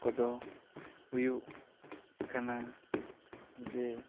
ᱠᱚ ᱫᱚ ᱦᱩᱭᱩᱜ ᱠᱟᱱᱟ ᱡᱮ